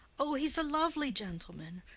o, he's a lovely gentleman!